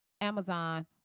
Amazon